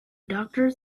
doctor